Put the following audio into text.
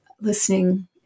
listening